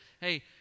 hey